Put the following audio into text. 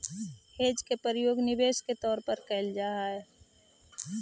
hedge के प्रयोग निवेश के तौर पर कैल जा हई